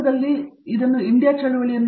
ಪ್ರತಾಪ್ ಹರಿಡೋಸ್ ಇಂಡಿಯಾ ಚಳುವಳಿಯಲ್ಲಿ ಮಾಡಿ